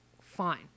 fine